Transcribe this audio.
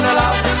love